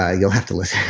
ah you'll have to listen.